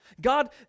God